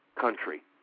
country